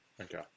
Okay